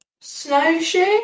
Snowshoe